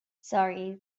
sorry